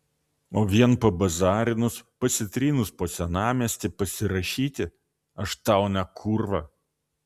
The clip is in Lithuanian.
o vien pabazarinus pasitrynus po senamiestį pasirašyti aš tau ne kūrva